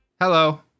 Hello